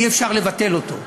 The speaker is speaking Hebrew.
אי-אפשר לבטל אותו.